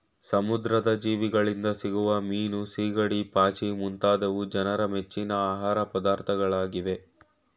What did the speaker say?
ಸಮುದ್ರದ ಜೀವಿಗಳಿಂದ ಸಿಗುವ ಮೀನು, ಸಿಗಡಿ, ಪಾಚಿ ಮುಂತಾದವು ಜನರ ಮೆಚ್ಚಿನ ಆಹಾರ ಪದಾರ್ಥಗಳಾಗಿವೆ